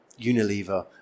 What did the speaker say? Unilever